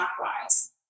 clockwise